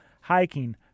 hiking